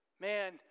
Man